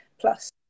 plus